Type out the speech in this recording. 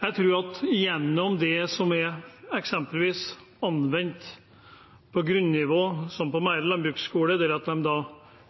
Jeg tror at det som eksempelvis er anvendt på grunnivå, som på Mære landbruksskole, der de